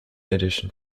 addition